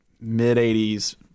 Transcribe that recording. mid-80s